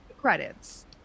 credits